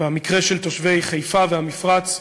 והמקרה של תושבי חיפה והמפרץ,